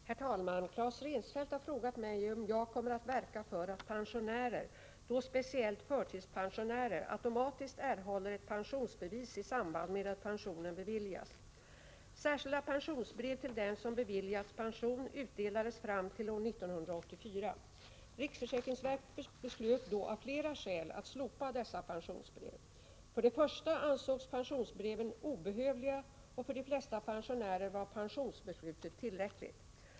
Herr talman! Claes Rensfeldt har frågat mig om jag kommer att verka för att pensionärer, speciellt förtidspensionärer, automatiskt erhåller ett pensionsbevis i samband med att pensionen beviljas. Särskilda pensionsbrev till dem som beviljats pension utdelades fram till år 1984. Riksförsäkringsverket beslöt då av flera skäl att slopa dessa pensionsbrev. För det första ansågs pensionsbreven obehövliga; för de flesta pensionärer var pensionsbeslutet tillräckligt.